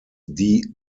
die